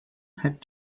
had